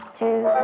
two